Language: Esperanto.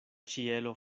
ĉielo